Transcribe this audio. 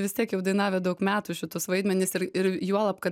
vis tiek jau dainavę daug metų šitus vaidmenis ir ir juolab kad